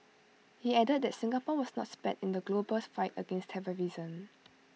he added that Singapore was not spared in the global's fight against terrorism